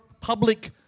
public